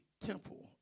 temple